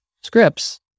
scripts